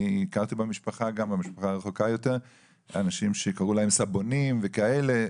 אני הכרתי במשפחה הרחוקה יותר אנשים שקראו להם סבונים וכאלה,